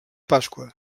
pasqua